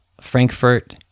Frankfurt